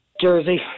Jersey